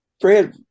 Fred